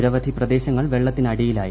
നിരവധി പ്രദേശൃങ്ങിൽ വെള്ളത്തിനടിയിലായി